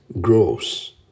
grows